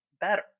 better